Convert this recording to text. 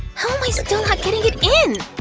how am i still not getting it in!